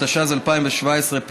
התשע"ז 2017,